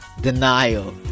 denial